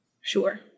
Sure